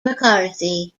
mccarthy